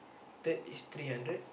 third is three hundred